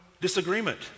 disagreement